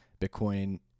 Bitcoin